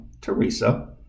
Teresa